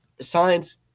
science